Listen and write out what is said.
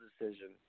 decision